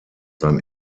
sein